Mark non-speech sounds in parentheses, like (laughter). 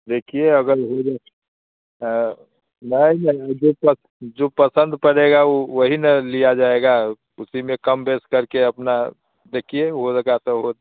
देखिए अगर हो जाए (unintelligible) जो पस जो पसंद पड़ेगा वह वही ना लिया जाएगा उसी में कमो बेशी कर के अपना देखिए हो सका तो